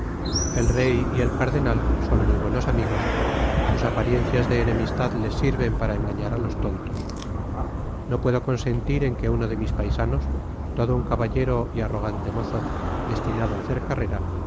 el rey y el cardenal son muy buenos amigos sus apariencias de enemistad les sirven para engañar á los tontos no puedo consentir en que uno de mis paisanos todo un caballero y arrogante mozo destinado á hacer carrera